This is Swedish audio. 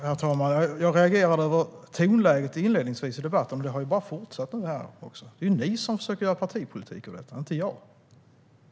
Herr talman! Jag reagerade på tonläget inledningsvis i debatten, och det har bara fortsatt. Det är ni som försöker göra partipolitik av detta, inte jag.